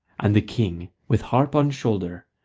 and the king, with harp on shoulder,